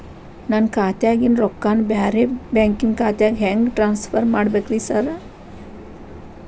ನನ್ನ ಖಾತ್ಯಾಗಿನ ರೊಕ್ಕಾನ ಬ್ಯಾರೆ ಬ್ಯಾಂಕಿನ ಖಾತೆಗೆ ಹೆಂಗ್ ಟ್ರಾನ್ಸ್ ಪರ್ ಮಾಡ್ಬೇಕ್ರಿ ಸಾರ್?